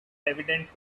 evident